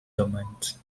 domains